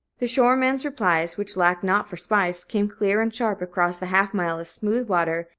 the shoreman's replies, which lacked not for spice, came clear and sharp across the half-mile of smooth water,